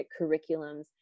curriculums